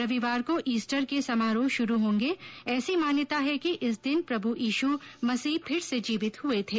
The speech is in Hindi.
रविवार को ईस्टर के समारोह शुरू होंगे ऐसी मान्यता है कि इस दिन प्रभु यीशु मसीह फिर से जीवित हुये थे